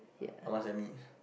I must admit